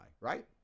Right